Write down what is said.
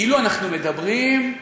כאילו אנחנו מדברים על,